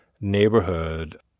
neighborhood